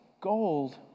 gold